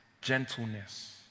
gentleness